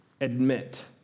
admit